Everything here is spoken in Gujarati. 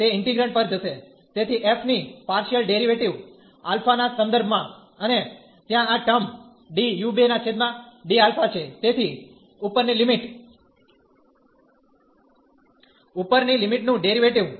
તે ઇન્ટીગ્રેન્ડ પર જશે તેથી f ની પારશીયલ ડેરીવેટીવ α ના સંદર્ભ માં અને ત્યાં આ ટર્મ છે તેથી ઉપરની લિમિટ ઉપરની લિમિટ નું ડેરીવેટીવ